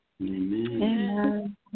Amen